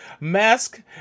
Mask